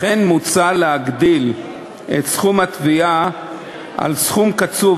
לכן מוצע להגדיל את סכום התביעה על סכום קצוב,